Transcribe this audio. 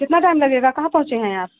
कितना टाइम लगेगा कहाँ पहुंचे हैं आप